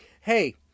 Hey